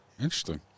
Interesting